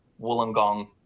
Wollongong